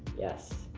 yes.